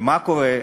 ומה קורה?